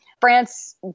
France